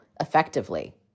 effectively